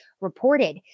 reported